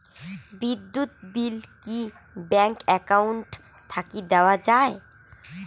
বিদ্যুৎ বিল কি bank account থাকি দেওয়া য়ায়?